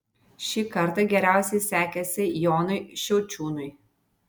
šį kartą geriausiai sekėsi jonui šiaučiūnui